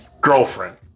girlfriend